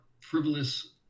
frivolous